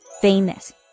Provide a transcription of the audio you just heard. Famous